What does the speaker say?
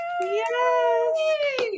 Yes